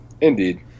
Indeed